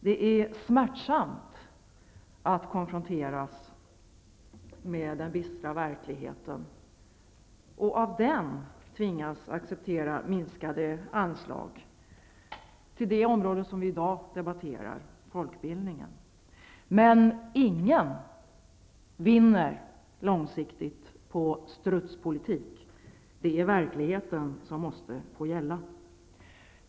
Det är smärtsamt att konfronteras med den bistra verkligheten och att tvingas acceptera minskade anslag till det område som vi i dag debatterar, folkbildningen. Men ingen vinner långsiktigt på strutspolitik; det är verkligheten som måste få gälla.